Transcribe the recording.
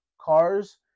cars